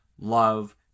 love